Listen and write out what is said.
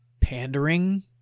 pandering